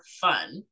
fun